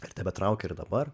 ar tebetraukia ir dabar